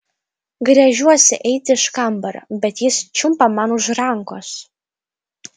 gręžiuosi eiti iš kambario bet jis čiumpa man už rankos